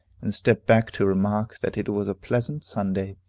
and step back to remark that it was a pleasant sunday,